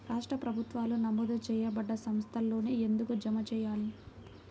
రాష్ట్ర ప్రభుత్వాలు నమోదు చేయబడ్డ సంస్థలలోనే ఎందుకు జమ చెయ్యాలి?